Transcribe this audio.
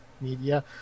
media